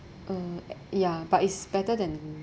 uh ya but it's better than